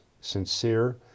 sincere